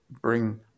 bring